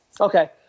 Okay